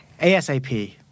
ASAP